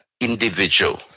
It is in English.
individual